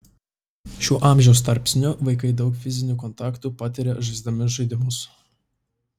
šiuo amžiaus tarpsniu vaikai daug fizinių kontaktų patiria žaisdami žaidimus